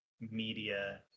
media